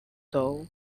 though